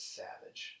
savage